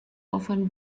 often